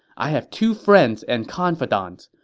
i have two friends and confidants.